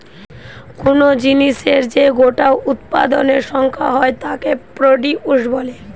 কুনো জিনিসের যে গোটা উৎপাদনের সংখ্যা হয় তাকে প্রডিউস বলে